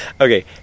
Okay